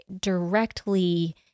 directly